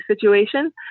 situation